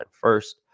first